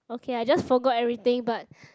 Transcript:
okay I just forgot everything but